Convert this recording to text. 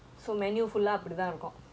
all the vegetables you threw